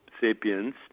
sapiens